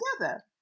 together